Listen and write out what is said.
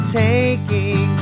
taking